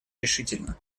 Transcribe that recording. решительно